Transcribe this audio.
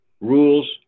rules